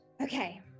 Okay